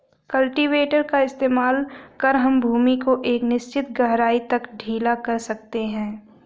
cultivator का इस्तेमाल कर हम भूमि को एक निश्चित गहराई तक ढीला कर सकते हैं